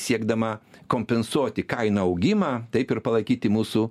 siekdama kompensuoti kainų augimą taip ir palaikyti mūsų